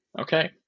Okay